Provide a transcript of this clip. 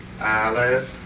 Alice